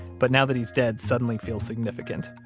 but now that he's dead, suddenly feels significant.